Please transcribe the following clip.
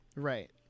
right